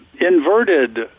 inverted